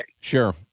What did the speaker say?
Sure